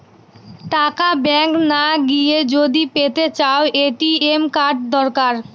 টাকা ব্যাঙ্ক না গিয়ে যদি পেতে চাও, এ.টি.এম কার্ড দরকার